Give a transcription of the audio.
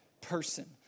person